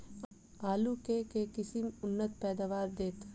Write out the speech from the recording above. आलु केँ के किसिम उन्नत पैदावार देत?